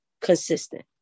consistent